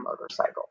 motorcycle